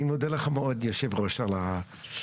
אני מודה לך מאוד יושב הראש, על המחווה.